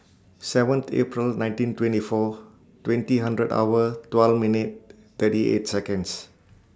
seventh April nineteen twenty four twenty hundred hour twelve minute thirty eight Seconds